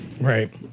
Right